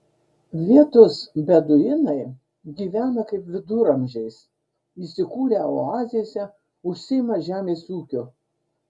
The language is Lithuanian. vietos beduinai gyvena kaip viduramžiais įsikūrę oazėse užsiima žemės ūkiu